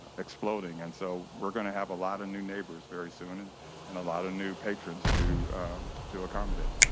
ah exploding, and so we are going to have a lot of new neighbors soon, and and a lot of new patrons to to accommodate.